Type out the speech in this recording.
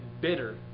bitter